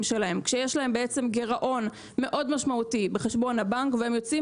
שלהם כשיש להם בעצם גרעון מאוד משמעותי בחשבון הבנק והם יוצאים